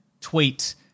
tweet